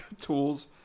Tools